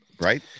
Right